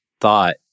thought